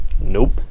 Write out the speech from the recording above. Nope